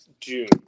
June